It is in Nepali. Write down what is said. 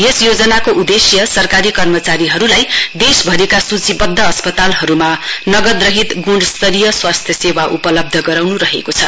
यस योजनाको उदेश्य सरकारी कर्मचारीहरुलाई देशभरिका सुचीवध्द अस्पतालहरुमा नगदरहित गुणस्तरीय स्वास्थ्य सेवा उप्लब्ध गराउनु रहेको छ